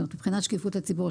מבחינת שקיפות לציבור,